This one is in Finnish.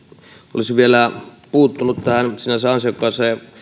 olisin vielä puuttunut tähän sinänsä ansiokkaaseen